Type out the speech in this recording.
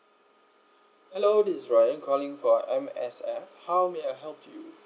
hello this is ryan calling for M_S_F how may I help you